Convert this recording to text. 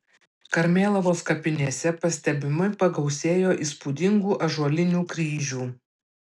karmėlavos kapinėse pastebimai pagausėjo įspūdingų ąžuolinių kryžių